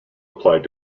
applied